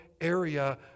area